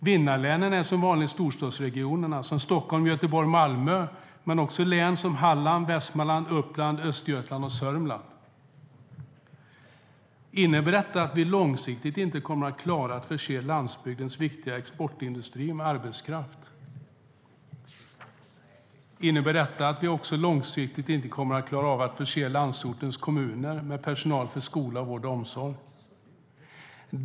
Vinnarlänen är som vanligt storstadsregionerna som Stockholm, Göteborg och Malmö men också län som Halland, Västmanland, Uppland, Östergötland och Sörmland.Innebär detta att vi långsiktigt inte kommer att klara att förse landsbygdens viktiga exportindustri med arbetskraft? Innebär detta att vi långsiktigt inte heller kommer att klara av att förse landsortens kommuner med personal till skola, vård och omsorg?